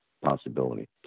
possibility